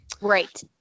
Right